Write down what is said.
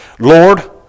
Lord